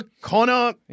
Connor